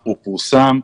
הוא פורסם,